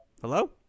Hello